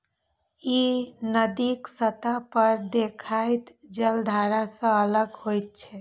ई नदीक सतह पर देखाइत जलधारा सं अलग होइत छै